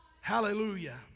Hallelujah